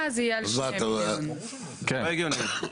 זה לא הגיוני.